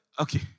Okay